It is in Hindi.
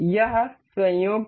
यह संयोग था